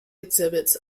exhibits